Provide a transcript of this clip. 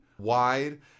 wide